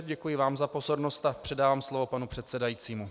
Děkuji vám za pozornost a předávám slovo panu předsedajícímu.